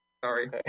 Sorry